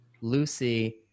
Lucy